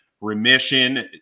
remission